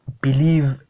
believe